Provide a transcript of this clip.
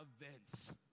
events